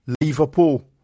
Liverpool